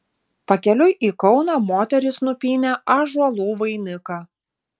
pakeliui į kauną moterys nupynė ąžuolų vainiką